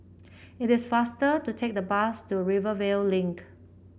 it is faster to take the bus to Rivervale Link